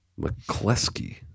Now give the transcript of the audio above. McCluskey